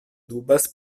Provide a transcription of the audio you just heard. dubas